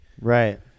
Right